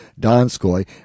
Donskoy